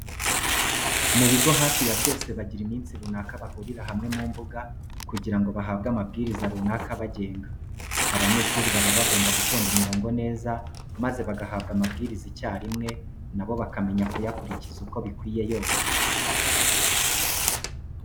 Mu bigo hafi ya byose bagira iminsi runaka bahurira hamwe mu mbuga kugira ngo bahabwe amabwiriza runaka abagenga. Abanyeshuri baba bagomba gutonda imirongo neza, maze bagahabwa amabwiriza icyarimwe na bo bakamenya kuyakurikiza uko bikwiye yose.